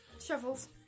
shovels